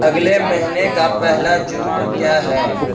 اگلے مہنے کا پہلا جمعہ کیا ہے